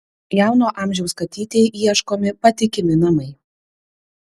jauno amžiaus katytei ieškomi patikimi namai